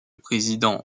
président